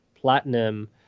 platinum